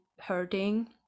hurting